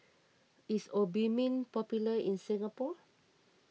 is Obimin popular in Singapore